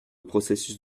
processus